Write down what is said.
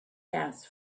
gas